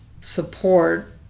support